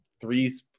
three